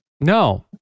No